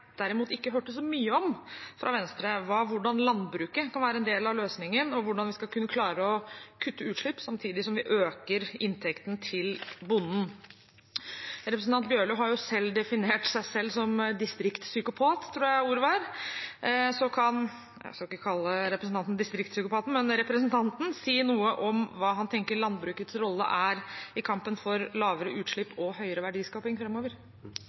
derimot ikke hørte så mye om fra Venstre, var hvordan landbruket kan være en del av løsningen, og hvordan vi skal kunne klare å kutte utslipp samtidig som vi øker inntekten til bonden. Representanten Bjørlo har selv definert seg som distriktspsykopat, jeg tror det var ordet. Jeg skal ikke kalle representanten «distriktspsykopaten», men kan representanten si noe om hva han tenker landbrukets rolle er i kampen for lavere utslipp og høyere verdiskaping